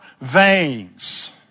veins